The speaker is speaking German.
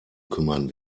kümmern